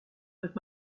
with